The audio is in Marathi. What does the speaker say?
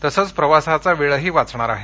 तसंच प्रवासाचा वेळही वाचणार आहे